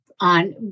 on